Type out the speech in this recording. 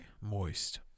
Moist